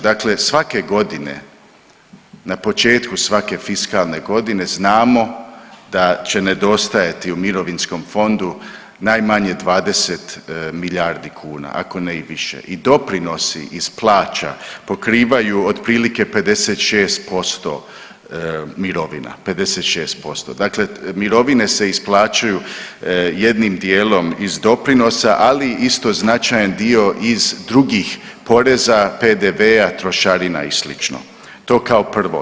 Dakle svake godine, na početku svake fiskalne godine znamo da će nedostajati u mirovinskom fondu najmanje 20 milijardi kuna ako ne i više i doprinosi iz plaća pokrivaju otprilike 56% mirovina, 56%, dakle mirovine se isplaćuju jednim dijelom iz doprinosa, ali isto značajan dio iz drugih poreza PDV-a, trošarina i slično, to kao prvo.